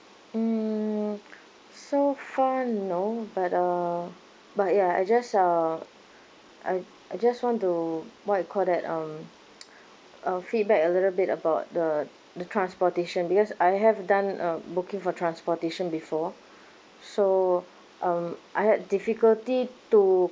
mm so far no but uh but ya I just uh I I just want to what you call that um uh feedback a little bit about the the transportation because I have done uh booking for transportation before so um I had difficulty to